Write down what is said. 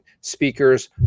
speakers